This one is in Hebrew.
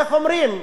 איך אומרים,